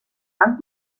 van